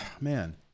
man